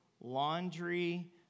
laundry